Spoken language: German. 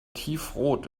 tiefrot